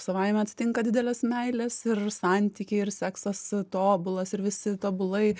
savaime atsitinka didelės meilės ir santykiai ir seksas tobulas ir visi tobulai